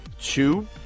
two